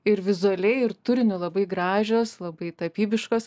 ir vizualiai ir turiniu labai gražios labai tapybiškos